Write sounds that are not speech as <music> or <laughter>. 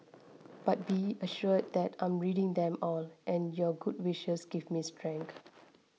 but be assured that I'm reading them all and your good wishes give me strength <noise>